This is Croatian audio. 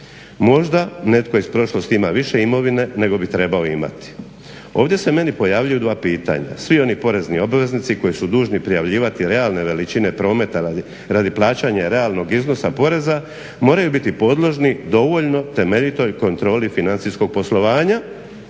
Možda netko iz prošlosti ima više imovine nego bi trebao imati. Ovdje se meni pojavljuju dva pitanja, svi oni porezni obveznici koji su dužni prijavljivati realne veličine prometa radi plaćanja realnog iznosa poreza moraju biti podložni dovoljno temeljitoj kontroli financijskog poslovanja